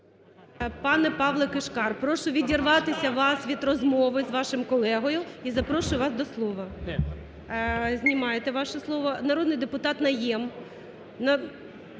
пане Павле Кишкар, прошу відірватися вас від розмови з вашим колегою і запрошую вас до слова. Знімаєте ваше слово. Народний депутат Наєм.